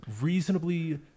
reasonably